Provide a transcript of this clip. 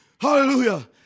Hallelujah